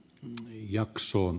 me jaksoon